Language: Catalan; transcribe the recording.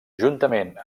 juntament